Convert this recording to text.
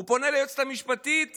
הוא פונה ליועצת המשפטית ואומר: